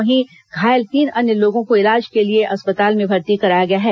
वहीं घायल तीन अन्य लोगों को इलाज के लिए अस्पताल में भर्ती कराया गया है